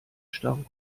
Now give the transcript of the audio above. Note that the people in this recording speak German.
stau